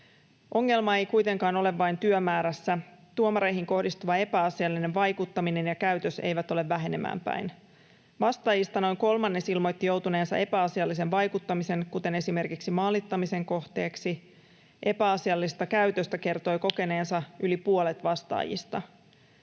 Ongelma ei kuitenkaan ole vain työmäärässä. Tuomareihin kohdistuva epäasiallinen vaikuttaminen ja käytös eivät ole vähenemään päin. Vastaajista noin kolmannes ilmoitti joutuneensa epäasiallisen vaikuttamisen, kuten esimerkiksi maalittamisen, kohteeksi. Epäasiallista käytöstä kertoi kokeneensa yli puolet vastaajista.